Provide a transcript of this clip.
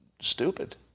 stupid